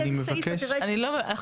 אני מבקש --- את מבינה לאיזה סעיף?